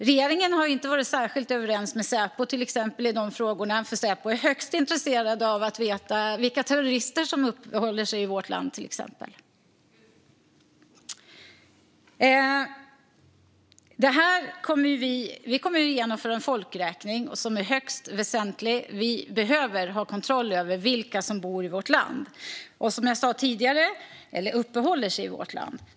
Regeringen har till exempel inte varit särskilt överens med Säpo i dessa frågor, för Säpo är högst intresserade av att veta exempelvis vilka terrorister som uppehåller sig i vårt land. Det kommer att genomföras en folkräkning. Den är högst väsentlig, för vi behöver ha kontroll över vilka som bor - eller uppehåller sig - i vårt land.